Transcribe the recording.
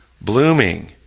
blooming